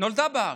נולדה בארץ,